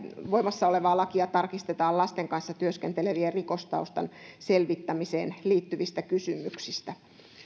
voimassa olevaa lakia tarkistetaan lasten kanssa työskentelevien rikostaustan selvittämiseen liittyvissä kysymyksissä